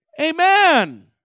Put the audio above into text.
Amen